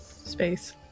Space